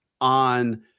on